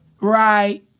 Right